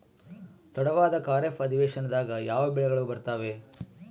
ತಡವಾದ ಖಾರೇಫ್ ಅಧಿವೇಶನದಾಗ ಯಾವ ಬೆಳೆಗಳು ಬರ್ತಾವೆ?